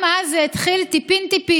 גם אז זה התחיל טיפין-טיפין,